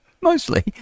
Mostly